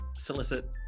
solicit